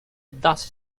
dust